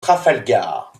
trafalgar